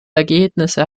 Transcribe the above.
ergebnisse